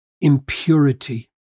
impurity